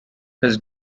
his